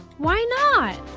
why not?